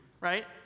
right